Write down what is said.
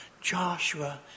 Joshua